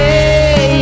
Hey